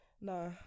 No